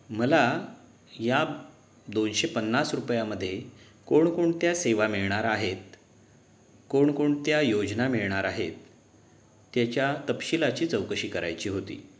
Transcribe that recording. मला या दोनशे पन्नास रुपयांमध्ये कोणकोणत्या सेवा मिळणार आहेत कोणकोणत्या योजना मिळणार आहेत त्याच्या तपशीलाची चौकशी करायची होती